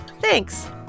Thanks